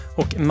och